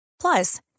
Plus